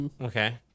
Okay